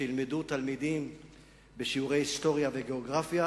כשילמדו תלמידים בשיעורי היסטוריה וגיאוגרפיה